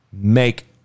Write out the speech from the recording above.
make